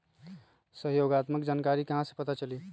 सहयोगात्मक जानकारी कहा से पता चली?